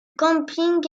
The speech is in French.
camping